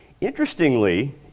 Interestingly